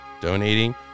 donating